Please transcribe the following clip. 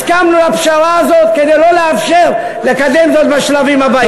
הסכמנו לפשרה הזאת כדי לא לאפשר לקדם זאת בשלבים הבאים.